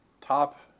top